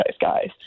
guys